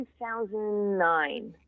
2009